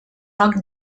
roc